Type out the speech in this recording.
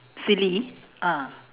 silly ah